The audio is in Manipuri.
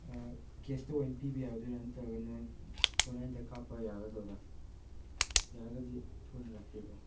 ꯀꯦꯁꯇ ꯑꯣꯏ ꯄꯤꯕ ꯌꯥꯒꯗꯣꯏꯔꯥ ꯅꯠꯇ꯭ꯔꯒꯅ ꯑꯣꯟꯂꯥꯏꯟꯗ ꯀꯥꯞꯄ ꯌꯥꯒꯗꯧꯔꯥ ꯌꯥꯔꯒꯗꯤ ꯊꯨꯅ ꯂꯥꯛꯄꯤꯔꯣ